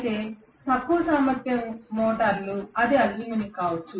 అయితే తక్కువ సామర్థ్యం మోటార్లు అది అల్యూమినియం కావచ్చు